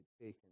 taken